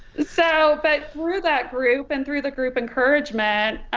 so but through that group and through the group encouragement